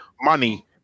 money